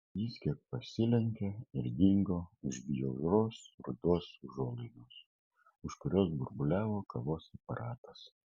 jis kiek pasilenkė ir dingo už bjaurios rudos užuolaidos už kurios burbuliavo kavos aparatas